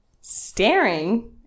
staring